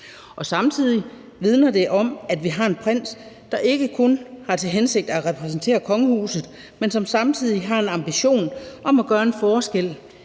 Samtidig vidner det om, at vi har en prins, der ikke kun har til hensigt at repræsentere kongehuset, men som samtidig har en ambition om at gøre en forskel